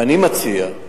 ואני מציע,